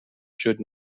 should